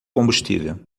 combustível